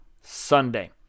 Sunday